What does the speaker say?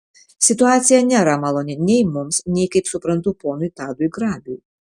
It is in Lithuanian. situacija nėra maloni nei mums nei kaip suprantu ponui tadui grabiui